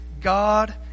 God